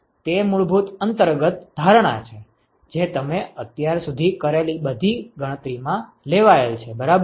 તે મૂળભૂત અંતર્ગત ધારણા છે જે તમે અત્યાર સુધી કરેલી બધી ગણતરીમાં લેવાયેલ છે બરાબર